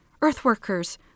Earthworkers